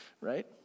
Right